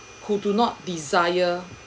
who do not desire